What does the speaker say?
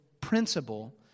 principle